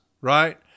right